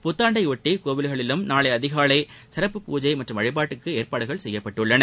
புத்தாண்டையொட்டி கோவில்களிலும் நாளை அதிகாலை சிறப்பு பூஜை மற்றும் வழிபாட்டுக்கு ஏற்பாடுகள் செய்யப்பட்டுள்ளன